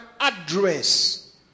address